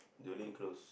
dealing close